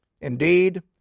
Indeed